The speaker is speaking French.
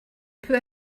peu